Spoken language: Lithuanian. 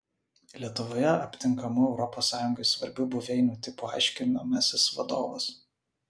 lietuvoje aptinkamų europos sąjungai svarbių buveinių tipų aiškinamasis vadovas